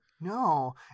No